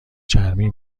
چرمی